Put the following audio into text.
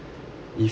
if